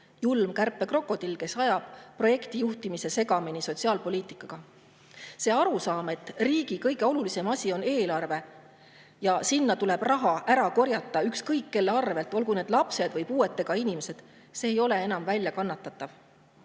julm kärpekrokodill, kes ajab projektijuhtimise segamini sotsiaalpoliitikaga. See arusaam, et riigi kõige olulisem asi on eelarve ja selle jaoks tuleb raha ära korjata ükskõik kellelt, olgu need lapsed või puudega inimesed, ei ole enam välja kannatatav.